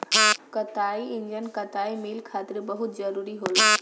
कताई इंजन कताई मिल खातिर बहुत जरूरी होला